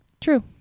True